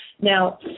Now